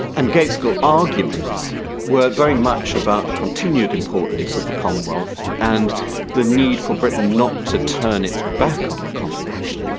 and gaitskell's arguments were very much about the continued importance of the commonwealth and the need for britain not to turn its back on the commonwealth.